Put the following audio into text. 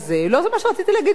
לא זה מה שרציתי להגיד בכלל,